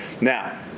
now